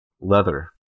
Leather